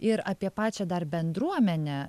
ir apie pačią dar bendruomenę